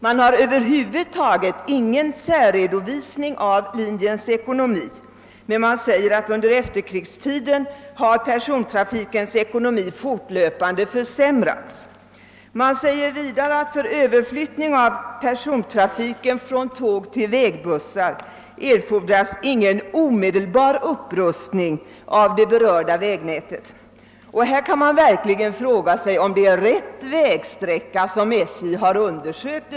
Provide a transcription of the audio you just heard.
Det finns över huvud taget ingen särredovisning av linjens ekonomi, men man säger att under efterkrigstiden har persontrafikens ekonomi fortlöpande försämrats. Man säger vidare att för överflyttning av persontrafiken från tåg till vägbussar erfordras ingen omedelbar upprustning av det berörda vägnätet. Läsaren kan verkligen fråga sig om det är rätt vägsträcka som SJ har undersökt.